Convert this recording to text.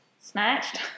Snatched